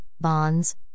bonds